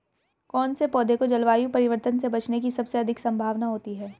कौन से पौधे को जलवायु परिवर्तन से बचने की सबसे अधिक संभावना होती है?